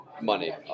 money